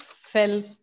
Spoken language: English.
felt